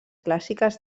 clàssiques